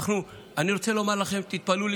אני רוצה לומר לכם, תתפלאו,